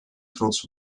trots